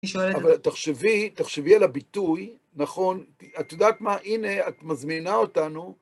אבל תחשבי, תחשבי על הביטוי, נכון, את יודעת מה? הנה, את מזמינה אותנו.